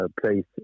place